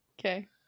Okay